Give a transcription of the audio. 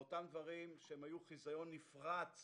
באותם דברים שהיו חיזיון נפרץ